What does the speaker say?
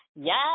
Yes